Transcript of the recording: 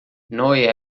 noi